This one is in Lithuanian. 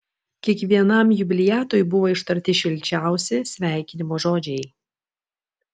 kiekvienam jubiliatui buvo ištarti šilčiausi sveikinimo žodžiai